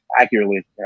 accurately